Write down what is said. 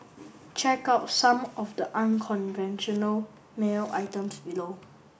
check out some of the unconventional mail items below